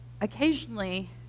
occasionally